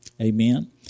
Amen